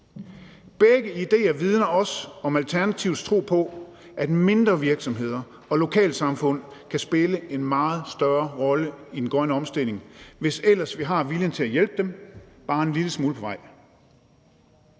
Begge idéer vidner også om Alternativets tro på, at mindre virksomheder og lokalsamfund kan spille en meget større rolle i den grønne omstilling, hvis ellers vi har viljen til at hjælpe dem bare en lille smule på vej.